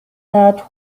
that